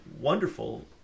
wonderful